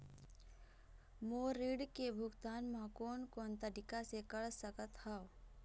मोर ऋण के भुगतान म कोन कोन तरीका से कर सकत हव?